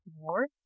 more